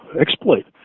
exploit